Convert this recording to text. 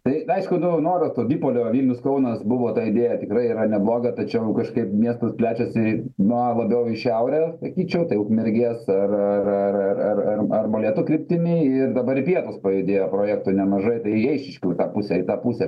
tai aišku nu noro to dipolio vilnius kaunas buvo ta idėja tikrai yra nebloga tačiau kažkaip miestas plečiasi na labiau į šiaurę sakyčiau tai ukmergės ar ar ar ar ar ar molėtų kryptimi ir dabar į pietus pajudėjo projektų nemažai tai į eišiškių į tą pusę į tą pusę